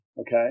okay